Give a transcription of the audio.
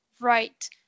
right